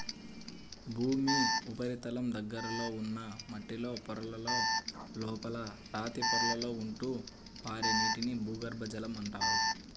భూమి ఉపరితలం దగ్గరలో ఉన్న మట్టిలో పొరలలో, లోపల రాతి పొరలలో ఉంటూ పారే నీటిని భూగర్భ జలం అంటారు